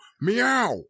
meow